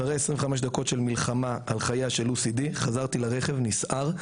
אחרי 25 דקות של מלחמה על חייה של לוסי די חזרתי לרכב נסער.